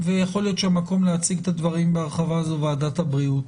יכול להיות שהמקום להציג את הדברים בהרחבה זו ועדת הבריאות